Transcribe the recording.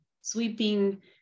sweeping